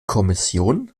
kommission